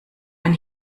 ein